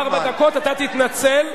אם זה היה, אם היו ארבע דקות, אתה תתנצל.